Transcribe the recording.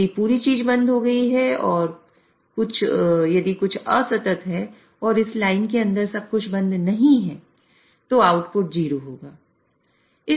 यदि पूरी चीज बंद हो गई है और यदि कुछ असतत है और इस लाइन के अंदर सब कुछ बंद नहीं है तो आउटपुट 0 होगा